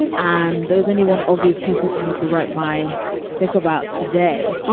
and there was only one obvious person for me to write my fic about today